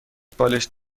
بالشت